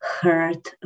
hurt